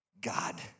God